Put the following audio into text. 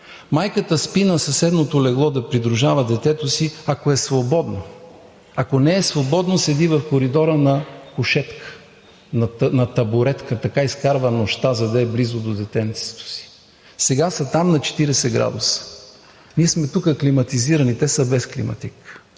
Майката спи на съседното легло да придружава детето си, ако е свободно, ако не е свободно, седи в коридора на кушетка, на табуретка – така изкарва нощта, за да е близо до детенцето си. Сега са там на 40 градуса. Ние сме тук климатизирани, те са без климатик.